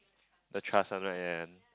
the trust one right that one